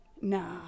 Nah